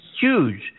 huge